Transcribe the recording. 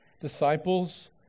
disciples